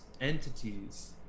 entities